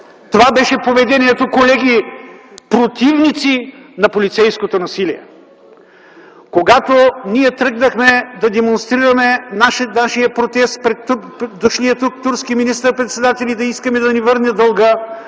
Това беше поведението, колеги, противници на полицейското насилие. Когато тръгнахме да демонстрираме нашия протест пред дошлия тук турски министър-председател и да искаме да ни върне дълга,